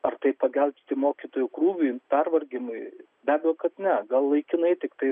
ar tai pagelbsti mokytojų krūviui pervargimui be abejo kad ne gal laikinai tiktai